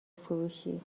فروشی